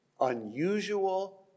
unusual